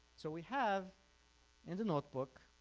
so we have in the notebook